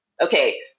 Okay